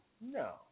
No